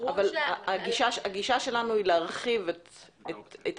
אבל הגישה שלנו היא להרחיב את האופציות.